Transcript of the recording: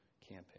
campaign